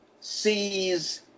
sees